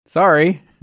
Sorry